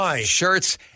shirts